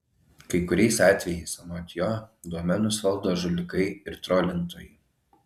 kai kuriais atvejais anot jo domenus valdo žulikai ir trolintojai